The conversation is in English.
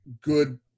good